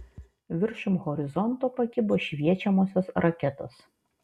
viršum horizonto pakibo šviečiamosios raketos